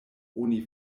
oni